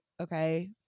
okay